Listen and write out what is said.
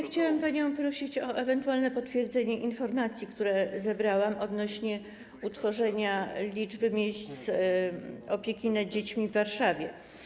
Chciałam panią prosić o ewentualne potwierdzenie informacji, które zebrałam odnośnie do utworzenia liczby miejsc opieki nad dziećmi w Warszawie.